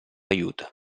aiuta